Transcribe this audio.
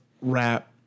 rap